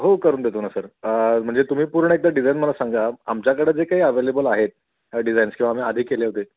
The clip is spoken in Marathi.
हो करून देतो ना सर म्हणजे तुम्ही पूर्ण एकदा डिझाईन मला सांगा आमच्याकडं जे काही अवेलेबल आहेत डिझईन्स किंवा आम्ही आधी केले होते